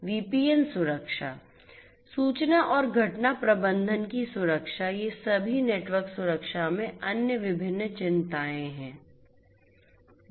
VPN सुरक्षा सूचना और घटना प्रबंधन की सुरक्षा ये सभी नेटवर्क सुरक्षा में अन्य विभिन्न चिंताएं हैं